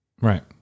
Right